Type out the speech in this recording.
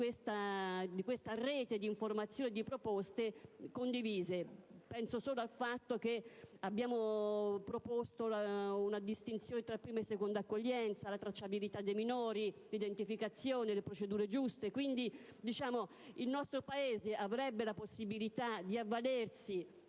questa rete di informazioni e di proposte condivise. Basti pensare che abbiamo proposto una distinzione tra prima e seconda accoglienza, la tracciabilità dei minori, la loro identificazione, le procedure giuste. Il nostro Paese quindi avrebbe la possibilità di avvalersi